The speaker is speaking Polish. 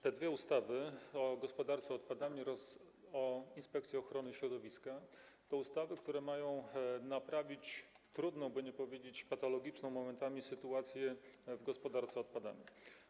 Te dwie ustawy, o gospodarce odpadami oraz o Inspekcji Ochrony Środowiska, to ustawy, które mają naprawić trudną, by nie powiedzieć „patologiczną” momentami, sytuację w gospodarce odpadami.